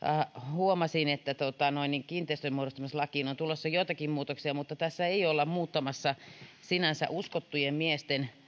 huomasin että kiinteistönmuodostamislakiin on tulossa joitakin muutoksia mutta tässä ei olla muuttamassa sinänsä uskottujen miesten